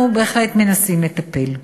אנחנו בהחלט מנסים לטפל.